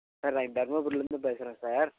sir நான் இங்கே தர்மபுரிலேருந்து பேசுகிறேங்க சார்